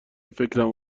فکرم